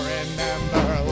Remember